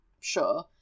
sure